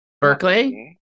Berkeley